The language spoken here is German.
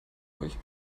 euch